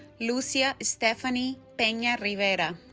lucia estefany pena rivera